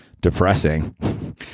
depressing